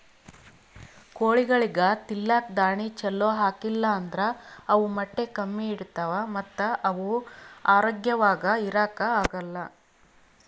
ಕೋಳಿಗೊಳಿಗ್ ತಿಲ್ಲಕ್ ದಾಣಿ ಛಲೋ ಹಾಕಿಲ್ ಅಂದ್ರ ಅವ್ ಮೊಟ್ಟೆ ಕಮ್ಮಿ ಇಡ್ತಾವ ಮತ್ತ್ ಅವ್ ಆರೋಗ್ಯವಾಗ್ ಇರಾಕ್ ಆಗಲ್